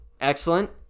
excellent